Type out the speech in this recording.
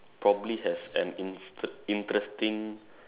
probably has an inte~ interesting